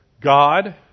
God